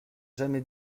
jamais